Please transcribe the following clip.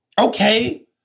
Okay